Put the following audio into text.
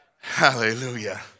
Hallelujah